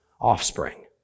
offspring